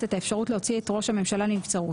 את האפשרות להוציא את ראש הממשלה לנבצרות.